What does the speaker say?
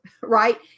right